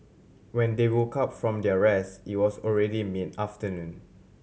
when they woke up from their rest it was already mid afternoon